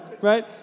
right